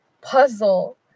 puzzle